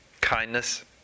kindness